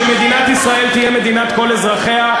שמדינת ישראל תהיה מדינת כל אזרחיה,